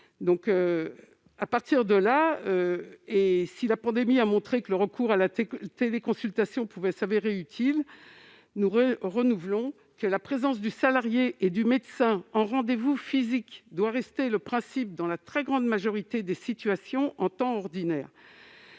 Dès lors, même si la pandémie a montré que le recours à la téléconsultation pouvait se révéler utile, nous tenons à réitérer que la présence physique du salarié et du médecin en rendez-vous médical doit rester le principe dans la très grande majorité des situations en temps ordinaire.